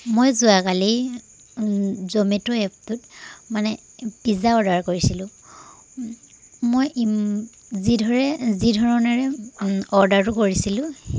মই যোৱাকালি জমেট' এপটোত মানে পিজ্জা অৰ্ডাৰ কৰিছিলোঁ মই যিদৰে যিধৰণেৰে অৰ্ডাৰটো কৰিছিলোঁ